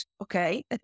okay